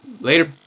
Later